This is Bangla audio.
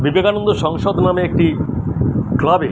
বিবেকানন্দ সংসদ নামে একটি ক্লাবে